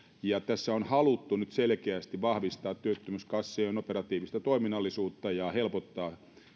ja tässä on haluttu nyt selkeästi vahvistaa työttömyyskassojen operatiivista toiminnallisuutta ja helpottaa